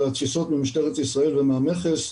זה התפיסות ממשטרת ישראל ומהמכס.